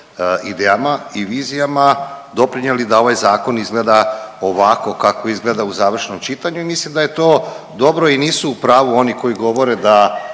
idejama i vizijama doprinijeli da ovaj zakon izgleda ovako kako izgleda u završnom čitanju i mislim da je to dobro i nisu u pravu oni koji govore da